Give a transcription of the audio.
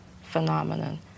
phenomenon